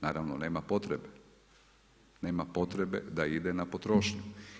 Naravno, nema potrebe, nema potrebe da ide na potrošnju.